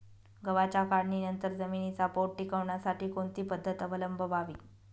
गव्हाच्या काढणीनंतर जमिनीचा पोत टिकवण्यासाठी कोणती पद्धत अवलंबवावी?